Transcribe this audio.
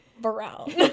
brown